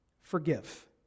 Forgive